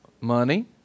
Money